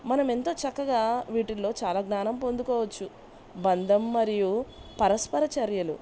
మనం ఎంతో చక్కగా వీటిల్లో చాలా జ్ఞానం పొందుకోవచ్చు బంధం మరియు పరస్పర చర్యలు